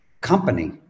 company